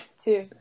two